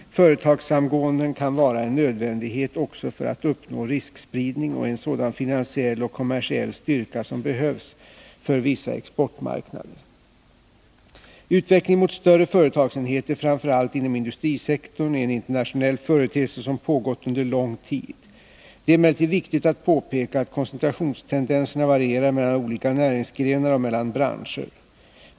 Företagssamgåenden kan vara en nödvändighet också för att uppnå riskspridning och en sådan finansiell och kommersiell styrka som behövs för vissa exportmarknader. Utvecklingen mot större företagsenheter, framför allt inom industrisektorn, är en internationell företeelse som pågått under lång tid. Det är emellertid viktigt att påpeka att koncentrationstendenserna varierar mellan olika näringsgrenar och mellan branscher.